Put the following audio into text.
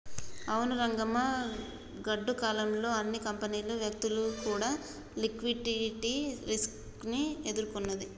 అవును రంగమ్మ గాడ్డు కాలం లో అన్ని కంపెనీలు వ్యక్తులు కూడా లిక్విడిటీ రిస్క్ ని ఎదుర్కొన్నది